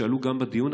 והן עלו גם בדיון.